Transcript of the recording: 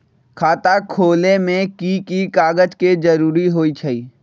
खाता खोले में कि की कागज के जरूरी होई छइ?